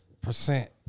Percent